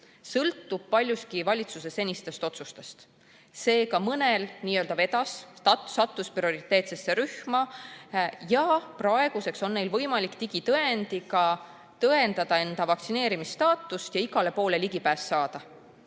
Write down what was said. sõltub paljuski valitsuse senistest otsustest. Mõnel n-ö vedas. Ta sattus prioriteetsesse rühma ja praeguseks on tal võimalik digitõendiga tõendada enda vaktsineeritust ja igale poole ligipääs saada,